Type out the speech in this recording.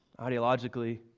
ideologically